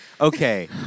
Okay